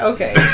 Okay